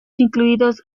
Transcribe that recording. incluidos